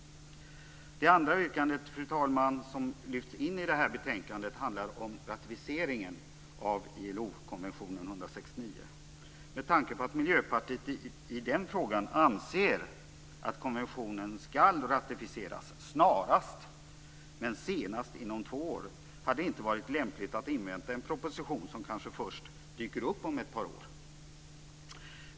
Det andra yrkandet, fru talman, som lyfts in i det här betänkandet handlar om ratificeringen av ILO konventionen 169. Med tanke på att Miljöpartiet i den frågan anser att konventionen ska ratificeras snarast, men senast inom två år, hade det inte varit lämpligt att invänta en proposition som kanske dyker upp först om ett par år.